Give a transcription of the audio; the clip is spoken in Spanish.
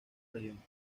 región